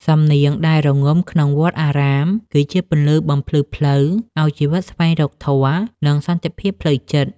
សំនៀងដែលរងំក្នុងវត្តអារាម គឺជាពន្លឺបំភ្លឺផ្លូវឱ្យជីវិតស្វែងរកធម៌ និងសន្តិភាពផ្លូវចិត្ត។